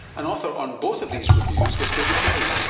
and author on both of these reviews was brigid hickey,